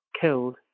killed